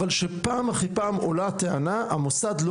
אבל כשפעם אחרי פעם עולה טענה 'המוסד לא